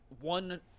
one